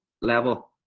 level